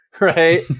right